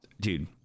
Dude